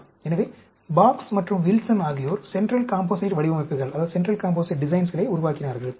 எனவே பாக்ஸ் மற்றும் வில்சன் ஆகியோர் சென்ட்ரல் காம்போசைட் வடிவமைப்புகளை உருவாக்கினார்கள்